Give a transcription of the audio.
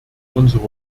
unsere